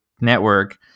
Network